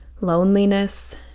loneliness